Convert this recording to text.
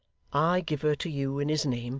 i give her to you in his name,